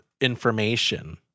information